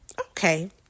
okay